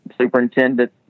Superintendent